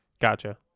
Gotcha